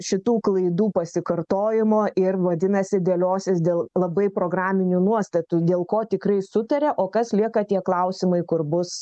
šitų klaidų pasikartojimo ir vadinasi dėliosis dėl labai programinių nuostatų dėl ko tikrai sutaria o kas lieka tie klausimai kur bus